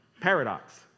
Paradox